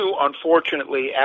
unfortunately